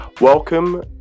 Welcome